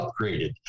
upgraded